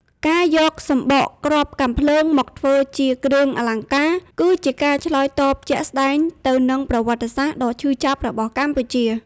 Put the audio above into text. ការយកសម្បកគ្រាប់កាំភ្លើងមកធ្វើជាគ្រឿងអលង្ការ គឺជាការឆ្លើយតបជាក់ស្ដែងទៅនឹងប្រវត្តិសាស្ត្រដ៏ឈឺចាប់របស់កម្ពុជា។